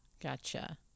Gotcha